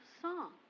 song